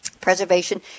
preservation